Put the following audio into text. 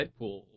Deadpool